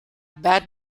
bad